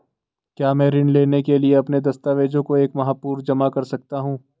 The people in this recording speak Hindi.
क्या मैं ऋण लेने के लिए अपने दस्तावेज़ों को एक माह पूर्व जमा कर सकता हूँ?